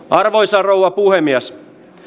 arvoisa rouva puhemies